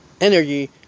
energy